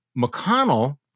McConnell